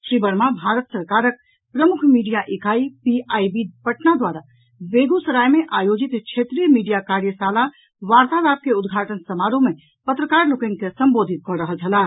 श्री वर्मा भारत सरकारक प्रमुख मीडिया इकाई पीआईबी पटना द्वारा बेगूसराय मे आयोजित क्षेत्रीय मीडिया कार्यशाला वार्तालाप के उद्घाटन समारोह मे पत्रकार लोकनि के संबोधित कऽ रहल छलाह